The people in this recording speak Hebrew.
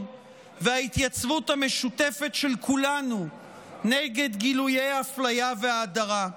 וההתייצבות המשותפת של כולנו נגד גילויי אפליה והדרה.